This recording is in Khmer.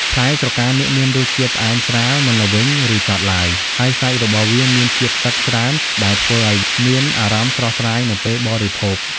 ផ្លែស្រកានាគមានរសជាតិផ្អែមស្រាល មិនល្វីង ឬចត់ឡើយ ហើយសាច់របស់វាមានជាតិទឹកច្រើនដែលធ្វើឱ្យមានអារម្មណ៍ស្រស់ស្រាយនៅពេលបរិភោគ។